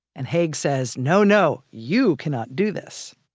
and haig says no, no, you cannot do this.